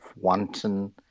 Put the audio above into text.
wanton